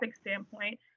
standpoint